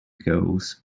girls